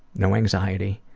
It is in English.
no anxiety.